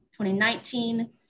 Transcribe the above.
2019